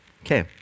Okay